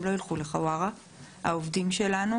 הם לא ילכו לחווארה העובדים שלנו,